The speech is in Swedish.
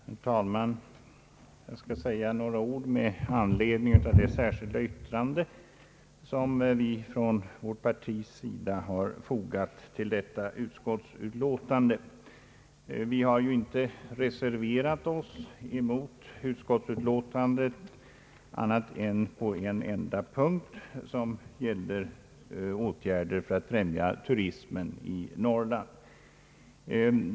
Herr talman! Jag skall säga några ord med anledning av det särskilda yttrande som vi från vårt partis sida har fogat till detta utskottsutlåtande. Vi har inte reserverat oss mot utskotts majoriteten annat än på en enda punkt, som gäller åtgärder för att främja turismen i Norrland.